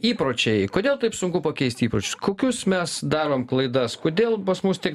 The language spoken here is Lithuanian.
įpročiai kodėl taip sunku pakeist ypročius kokius mes darom klaidas kodėl pas mus tiek